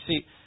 see